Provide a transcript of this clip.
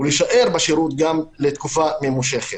ולהישאר בשירות גם לתקופה ממושכת.